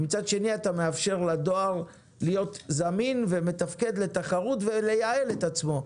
ומצד שני אתה מאפשר לדואר להיות זמין ומתפקד לתחרות ולייעל את עצמו.